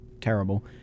terrible